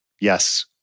yes